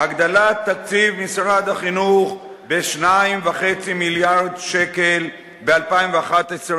הגדלת תקציב משרד החינוך ב-2.5 מיליארד שקל ב-2011,